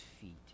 feet